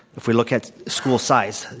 if we look at school size,